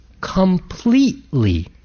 completely